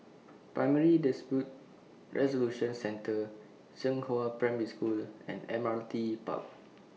Primary Dispute Resolution Centre Zhenghua Primary School and Admiralty Park